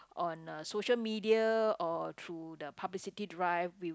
on uh social media or through the publicity drive with